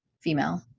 female